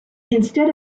instead